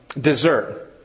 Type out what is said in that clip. dessert